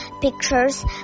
pictures